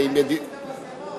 אולי תסיק את המסקנות?